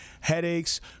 headaches